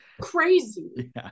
crazy